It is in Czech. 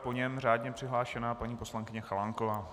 Po něm řádně přihlášená paní poslankyně Chalánková.